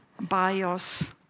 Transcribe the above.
bios